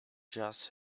just